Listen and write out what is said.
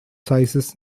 sizes